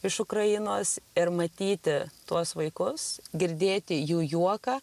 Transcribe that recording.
iš ukrainos ir matyti tuos vaikus girdėti jų juoką